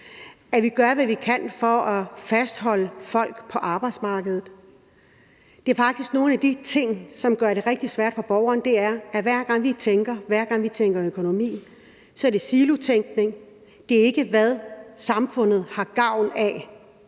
at vi gør, hvad vi kan, for at fastholde folk på arbejdsmarkedet. En af de ting, som gør det rigtig svært for borgeren, er, at hver gang vi tænker økonomi, er det silotænkning. Det handler ikke om, hvad samfundet har gavn af.